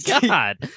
god